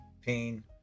pain